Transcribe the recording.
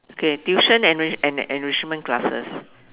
okay tuition enri~ and enrichment classes